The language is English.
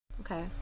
Okay